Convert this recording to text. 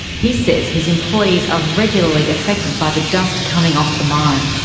he says his employees are regularly affected by the dust coming off the mine.